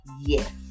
yes